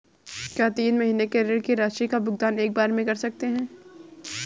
क्या तीन महीने के ऋण की राशि का भुगतान एक बार में कर सकते हैं?